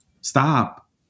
Stop